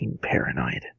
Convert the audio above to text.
Paranoid